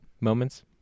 moments